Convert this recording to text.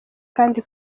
kandi